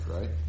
right